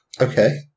Okay